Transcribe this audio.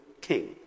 King